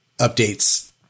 updates